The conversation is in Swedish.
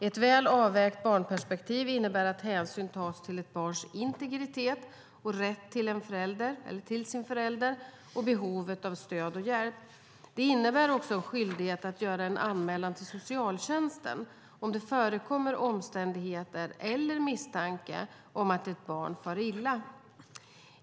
Ett väl avvägt barnperspektiv innebär att hänsyn tas till ett barns integritet och rätt till sin förälder och behovet av stöd och hjälp. Det innebär också en skyldighet att göra en anmälan till socialtjänsten om det förekommer omständigheter eller misstanke om att ett barn far illa.